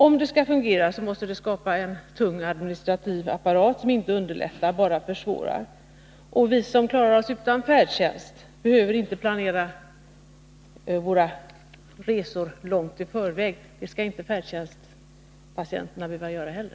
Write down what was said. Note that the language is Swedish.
Om det skall fungera, måste det skapa en tung administrativ apparat, som inte underlättar — bara försvårar. Vi som klarar oss utan färdtjänst behöver inte planera våra resor långt i förväg. Det skulle inte färdtjänstpatienterna behöva göra heller.